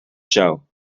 show